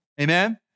Amen